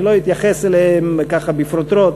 אני לא אתייחס אליהן בפרוטרוט.